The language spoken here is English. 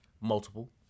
Multiple